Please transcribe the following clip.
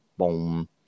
boom